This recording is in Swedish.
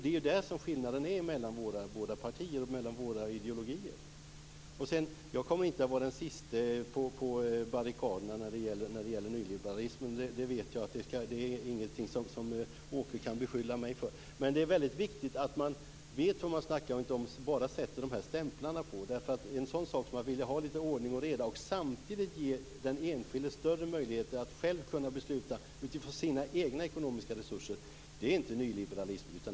Det är ju där som skillnaden ligger mellan våra partier och våra ideologier. Jag kommer inte att vara den siste på barrikaderna när det gäller nyliberalismen. Jag vet att det inte är något som Åke Gustavsson kan beskylla mig för. Det är väldigt viktigt att man vet vad man snackar om och inte bara sätter på en stämpel. En sak som att vilja ha lite ordning och reda och samtidigt ge den enskilde större möjligheter att själv kunna besluta utifrån sina egna ekonomiska resurser är inte nyliberalism.